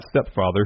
stepfather